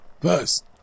first